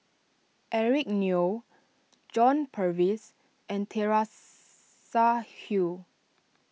Eric Neo John Purvis and Teresa Hsu